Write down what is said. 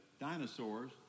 dinosaurs